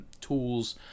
tools